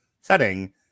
setting